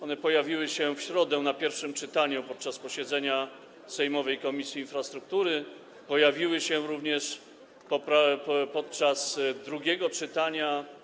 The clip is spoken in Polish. One pojawiły się w środę w trakcie pierwszego czytania podczas posiedzenia sejmowej Komisji Infrastruktury, pojawiły się również podczas drugiego czytania.